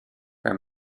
her